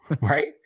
Right